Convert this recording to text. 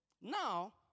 Now